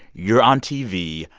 you're on tv.